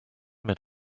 mit